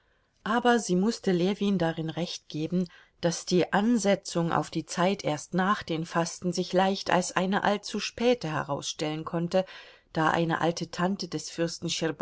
aber sie mußte ljewin darin recht geben daß die ansetzung auf die zeit erst nach den fasten sich leicht als eine allzu späte herausstellen konnte da eine alte tante des